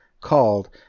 called